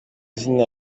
zina